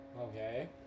okay